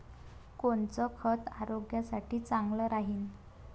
कोनचं खत आरोग्यासाठी चांगलं राहीन?